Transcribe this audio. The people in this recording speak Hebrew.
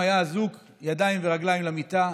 הוא היה אזוק בידיים וברגליים למיטה,